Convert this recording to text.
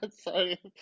Sorry